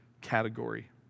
category